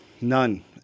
None